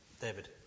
David